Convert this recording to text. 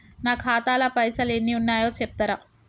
నా ఖాతా లా పైసల్ ఎన్ని ఉన్నాయో చెప్తరా?